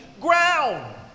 ground